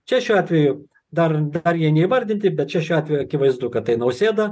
čia šiuo atveju dar dar jie neįvardinti bet čia šiuo atveju akivaizdu kad tai nausėda